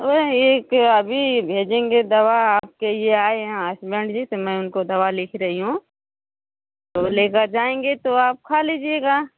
एक अभी भेजेंगे दवा आपके लिये आए हैं हसबैन्ड जी से मैं इनको दवा लिख रही हूँ तो लेकर जाएंगे तो आप खा लीजियेगा